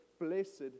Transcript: blessed